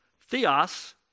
Theos